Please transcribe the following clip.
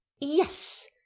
Yes